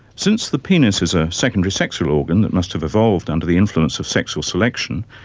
since the penis is a secondary sexual organ that must have evolved under the influence of sexual selection,